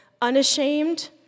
unashamed